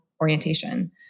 orientation